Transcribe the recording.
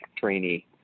trainee